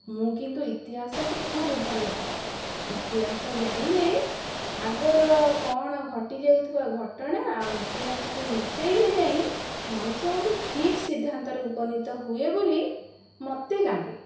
ମୁଁ କିନ୍ତୁ ଇତିହାସକୁ ଖୁବ୍ ଭଲ ପାଏ ଇତିହାସ ଜାଣିଲେ ଆଗ ର କ'ଣ ଘଟି ଯାଉଥିବା ଘଟଣା ଆଉ ଇତିହାସକୁ ମିଶାଇଲେ ଯାଇଁ ମଣିଷ ଗୋଟେ ଠିକ ସିଦ୍ଧାନ୍ତରେ ଉପନୀତ ହୁଏ ବୋଲି ମୋତେ ଲାଗେ